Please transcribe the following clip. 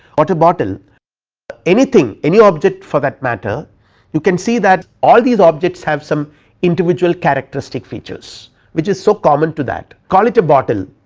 water bottle anything any object for that matter you can see that all these objects have some individual characteristic features which is. so, common to that call it a bottle,